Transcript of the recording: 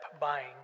buying